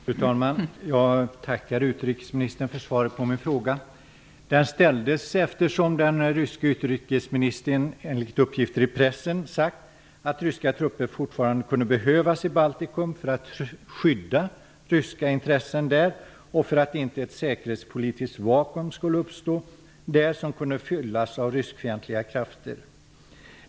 Fru talman! Jag tackar utrikesministern för svaret på min fråga. Frågan ställdes eftersom den ryske utrikesministern enligt uppgifter i pressen sagt att ryska trupper fortfarande kunde behövas i Baltikum för att skydda ryska intressen där och för att ett säkerhetspolitiskt vakuum inte skulle uppstå, ett vakuum som kunde fyllas av ryskfientliga krafter.